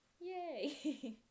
yay